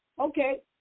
okay